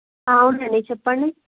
అవునండి చెప్పండి